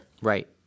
right